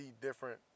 different